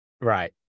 Right